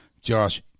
Josh